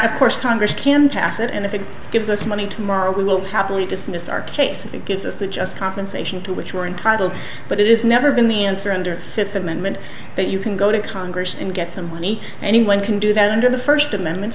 of course congress can pass it and if it gives us money tomorrow we will happily dismiss our case if it gives us the just compensation to which we're entitled but it is never been the answer under fifth amendment that you can go to congress and get them any anyone can do that under the first amendment